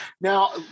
Now